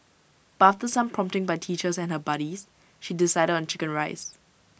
but after some prompting by teachers and her buddies she decided on Chicken Rice